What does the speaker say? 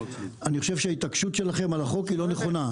אני חושב שההתעקשות שלכם על החוק היא לא נכונה,